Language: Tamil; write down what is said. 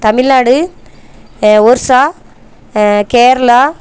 தமிழ்நாடு ஒரிசா கேரளா